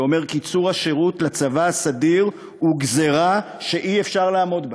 שאומר: קיצור השירות לצבא הסדיר הוא גזירה שאי-אפשר לעמוד בה,